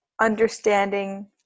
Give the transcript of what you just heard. understanding